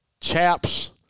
chaps